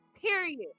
Period